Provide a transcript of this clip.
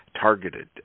targeted